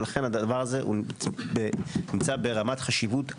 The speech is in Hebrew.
ולכן הדבר הזה הוא נמצא ברמת חשיבות אדירה.